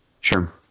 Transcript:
Sure